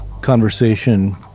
conversation